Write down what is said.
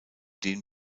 dem